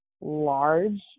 large